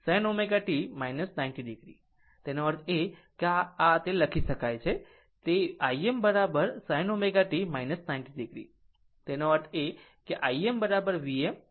આમ આ એક તેનો અર્થ એ કે આ એક તે લખી શકાય છે Im sin ω t 90 o